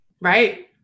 Right